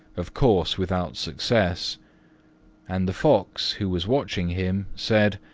of course without success and the fox, who was watching him, said,